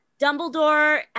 Dumbledore